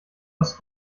aus